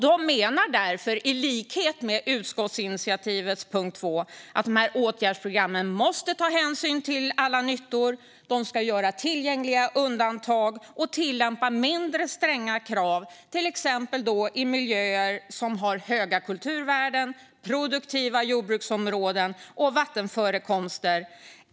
De menar därför, i likhet med utskottsinitiativets punkt 2, att de här åtgärdsprogrammen måste ta hänsyn till alla nyttor. De ska göra tillgängliga undantag och tillämpa mindre stränga krav till exempel i miljöer med höga kulturvärden, produktiva jordbruksområden och vattenförekomster.